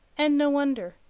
and no wonder,